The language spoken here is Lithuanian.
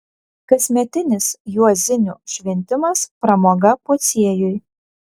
kasmetinis juozinių šventimas pramoga pociejui